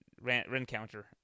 Rencounter